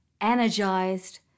energized